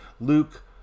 Luke